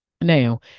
Now